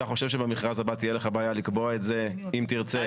אתה חושב שבמכרז הבא תהיה לך בעיה לקבוע את זה אם תרצה?